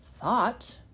thought